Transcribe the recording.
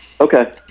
Okay